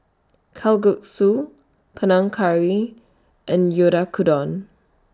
Kalguksu Panang Curry and Oyakodon